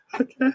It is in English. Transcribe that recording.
Okay